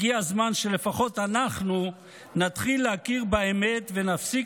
הגיע הזמן שלפחות אנחנו נתחיל להכיר באמת ונפסיק